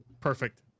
Perfect